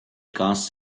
cas